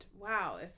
wow